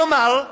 כלומר,